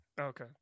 Okay